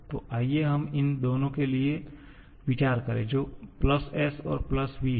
तो आइए हम इन दोनों के लिए विचार करें जो s और v है